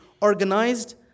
organized